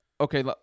okay